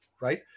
right